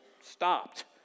Stopped